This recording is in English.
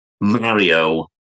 Mario